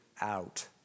out